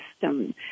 system